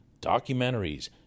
documentaries